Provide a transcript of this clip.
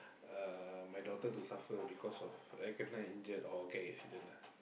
uh my daughter to suffer because of I kena injured or car accident lah